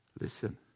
Listen